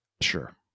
Sure